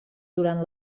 durant